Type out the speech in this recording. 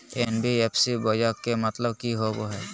NBFC बोया के मतलब कि होवे हय?